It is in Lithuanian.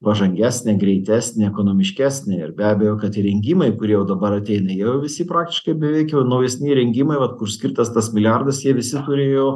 pažangesnė greitesnė ekonomiškesnė ir be abejo kad įrengimai kurie jau dabar ateina jie jau visi praktiškai beveik jau naujesni įrengimai vat kur skirtas tas milijardas jie visi turėjo